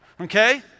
Okay